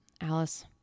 Alice